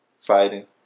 Fighting